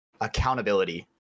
accountability